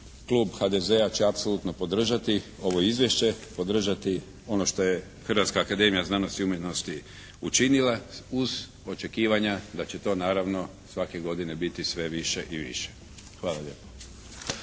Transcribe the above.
klub HDZ-a će apsolutno podržati ovo izvješće, podržati ono što je Hrvatska akademija znanosti i umjetnosti učinila uz očekivanja da će to naravno svake godine biti sve više i više. Hvala lijepa.